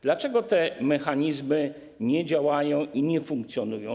Dlaczego te mechanizmy nie działają i nie funkcjonują?